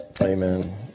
Amen